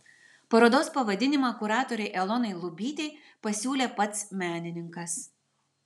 parodos pavadinimą kuratorei elonai lubytei pasiūlė pats menininkas